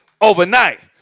overnight